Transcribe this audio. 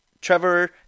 Trevor